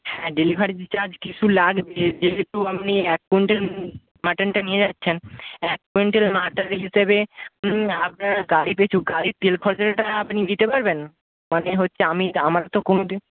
হ্যাঁ delivery charge কিছু লাগবে যেহেতু আমি এক কুইন্ট্যাল মাটনটা নিয়ে যাচ্ছেন এক কুইন্ট্যাল মাটন হিসাবে আপনার গাড়িপিছু গাড়ির তেল খরচাটা আপনি দিতে পারবেন মানে হচ্ছে আমি আমার তো কোনোদিন